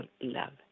love